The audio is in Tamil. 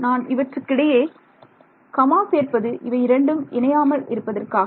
நான் இவற்றுக்கிடையே கமா சேர்ப்பது இவை இரண்டும் இணையாமல் இருப்பதற்காக